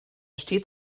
steht